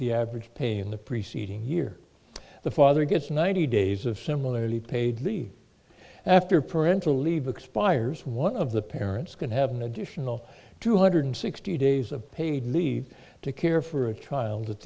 the average pay in the preceding year the father gets ninety days of similarly paid the after parental leave expires one of the parents can have an additional two hundred sixty days of paid leave to care for a child at